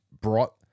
brought